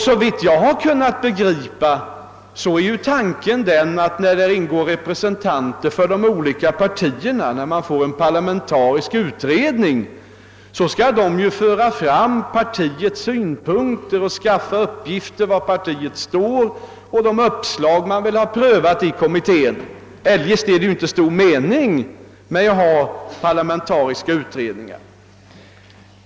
Såvitt jag kunnat begripa är tanken den att när man får en parlamentarisk utredning till stånd där representanter för de olika partierna ingår skall dessa företräda sina partiers synpunkter, skaffa uppgifter om var respektive parti står och framföra de uppslag man vill ha prövade i kommittén. Eljest är det inte stor mening med parlamentariska utredningar.